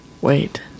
Wait